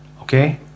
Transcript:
okay